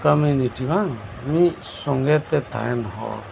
community ᱵᱟᱝ ᱢᱤᱫ ᱥᱚᱜᱮ ᱛᱮ ᱛᱟᱦᱮᱸ ᱦᱚᱲ